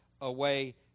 away